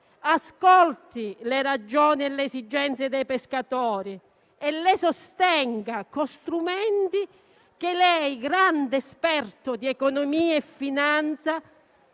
ascolti le ragioni e le esigenze dei pescatori e le sostenga con strumenti che lei, grande esperto di economia e finanza,